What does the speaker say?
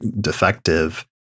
defective